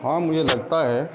हाँ मुझे लगता है